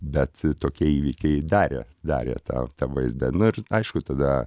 bet tokie įvykiai darė darė tą vaizdą nu ir aišku tada